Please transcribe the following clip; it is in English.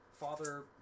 father